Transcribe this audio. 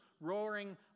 roaring